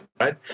right